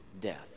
death